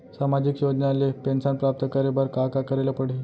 सामाजिक योजना ले पेंशन प्राप्त करे बर का का करे ल पड़ही?